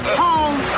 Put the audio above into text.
home